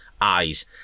eyes